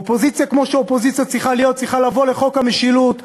אופוזיציה כמו שאופוזיציה צריכה להיות צריכה לבוא לחוק המשילות ולשאול: